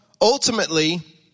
Ultimately